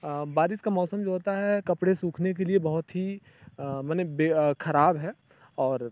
बारिश का मौसम जो होता है कपड़े सूखने के लिए बहुत ही माने बे खराब है और